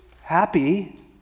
Happy